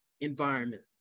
environment